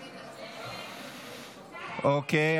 אוקיי.